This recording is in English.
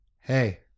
hey